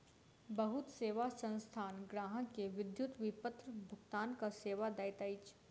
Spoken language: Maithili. बहुत सेवा संस्थान ग्राहक के विद्युत विपत्र भुगतानक सेवा दैत अछि